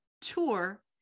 tour